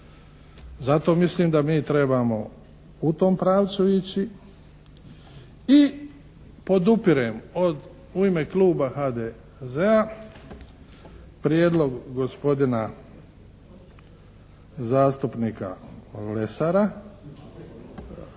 Zato mislim da mi trebamo u tom pravcu ići i podupirem u ime Kluba HDZ-a prijedlog gospodina zastupnika Lesara